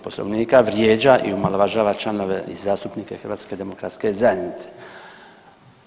Poslovnika vrijeđa i omalovažava članove i zastupnike HDZ-a.